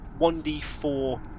1d4